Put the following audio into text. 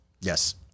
Yes